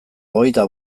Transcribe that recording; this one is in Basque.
hogeita